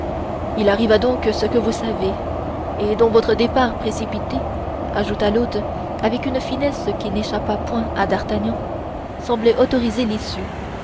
il arriva donc ce que vous savez et dont votre départ précipité ajouta l'hôte avec une finesse qui n'échappa point à d'artagnan semblait autoriser l'issue